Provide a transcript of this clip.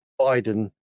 Biden